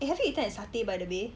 eh have you eaten a satay by the way